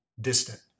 distant